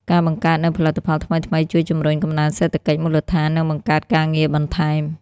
ការបង្កើតនូវផលិតផលថ្មីៗជួយជំរុញកំណើនសេដ្ឋកិច្ចមូលដ្ឋាន និងបង្កើតការងារបន្ថែម។